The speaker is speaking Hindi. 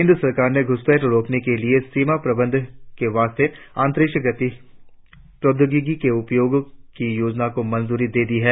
केंद्र सरकार ने घुसपैठ रोकने के लिए सीमा प्रबंध के वास्ते अंतरिक्ष प्रौद्योगिकी के उपयोग की योजना को मंजूरी दे दी है